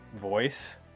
voice